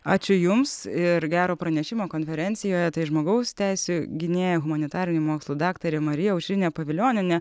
ačiū jums ir gero pranešimo konferencijoje tai žmogaus teisių gynėja humanitarinių mokslų daktarė marija aušrinė pavilionienė